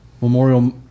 Memorial